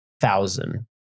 thousand